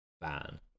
ban